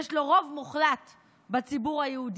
יש לו רוב מוחלט בציבור היהודי,